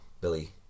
Billy